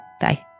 Bye